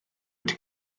wedi